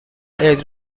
عید